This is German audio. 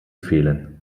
fehlen